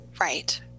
Right